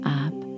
up